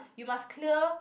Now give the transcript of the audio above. you must clear